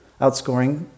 outscoring